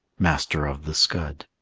master of the scud.